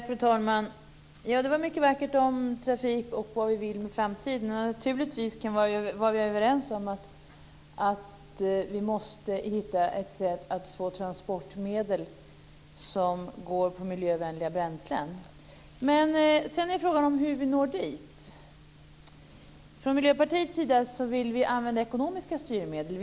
Fru talman! Det var mycket vackert om trafik och om vad vi vill med framtiden. Naturligtvis kan vi vara överens om att vi måste finna ett sätt att få fram transportmedel som drivs med miljövänliga bränslen. Men sedan är frågan hur vi når dit. Från Miljöpartiets sida vill vi använda ekonomiska styrmedel.